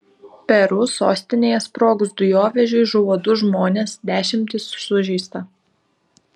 peru sostinėje sprogus dujovežiui žuvo du žmonės dešimtys sužeista